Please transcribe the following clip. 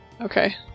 Okay